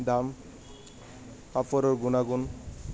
দাম কাপোৰৰ গুণাগুণ